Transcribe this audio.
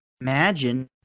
imagine